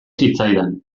zitzaidan